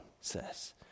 says